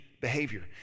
behavior